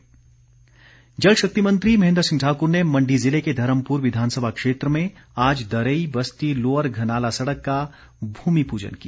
महेंद्र सिंह जल शक्ति मंत्री महेंद्र सिंह ठाकुर ने मंडी ज़िले के धर्मपुर विधानसभा क्षेत्र में आज दरेई बस्ती लोअर घनाला सड़क का भूमि पूजन किया